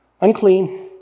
unclean